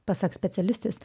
pasak specialistės